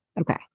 Okay